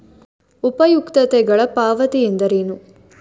ಉಪಯುಕ್ತತೆಗಳ ಪಾವತಿ ಎಂದರೇನು?